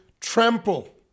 trample